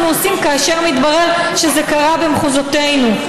עושים כאשר מתברר שזה קרה במחוזותינו.